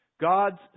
God's